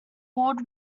award